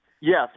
Yes